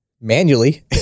manually